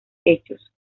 hechos